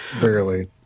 barely